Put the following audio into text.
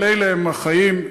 אבל אלה הם החיים.